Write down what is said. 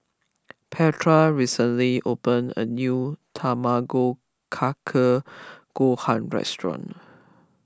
Petra recently opened a new Tamago Kake Gohan restaurant